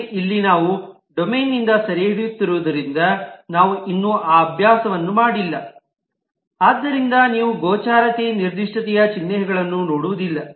ಆದರೆ ಇಲ್ಲಿ ನಾವು ಡೊಮೇನ್ನಿಂದ ಸೆರೆಹಿಡಿಯುತ್ತಿರುವುದರಿಂದ ನಾವು ಇನ್ನೂ ಆ ಅಭ್ಯಾಸವನ್ನು ಮಾಡಿಲ್ಲ ಆದ್ದರಿಂದ ನೀವು ಗೋಚರತೆ ನಿರ್ದಿಷ್ಟತೆಯ ಚಿಹ್ನೆಗಳನ್ನು ನೋಡುವುದಿಲ್ಲ